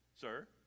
sir